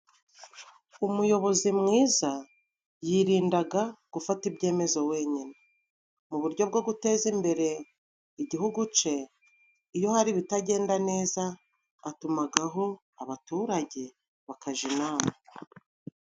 Umuyobozi mwiza yirindaga gufata ibyemezo wenyine mu buryo bwo guteza imbere igihugu cye. Iyo hari ibitagenda neza, atumagaho abaturage bakajya inama.